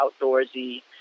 outdoorsy